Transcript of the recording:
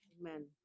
Amen